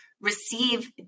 receive